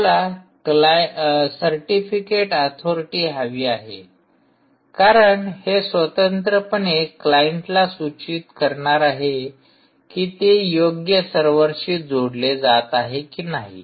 तुम्हाला certificate authority हवी आहे कारण हे स्वतंत्रपणे क्लाइंटला सुचित करणार आहे कि ते योग्य सर्व्हरशी जोडले जात आहे की नाही